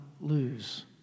lose